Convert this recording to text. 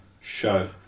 show